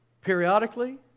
periodically